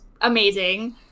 amazing